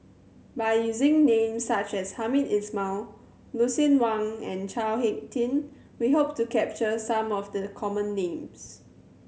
by using names such as Hamed Ismail Lucien Wang and Chao Hick Tin we hope to capture some of the common names